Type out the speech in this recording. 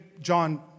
john